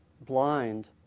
blind